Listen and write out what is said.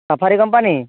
safari company